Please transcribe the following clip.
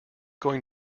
going